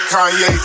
Kanye